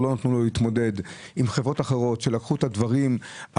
נגדר את הפגיעה בחלשים,